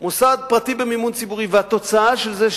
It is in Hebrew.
מוסד פרטי במימון ציבורי והתוצאה של זה היא